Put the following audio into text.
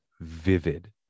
vivid